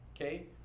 okay